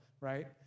right